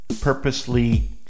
purposely